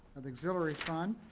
the auxiliary fund,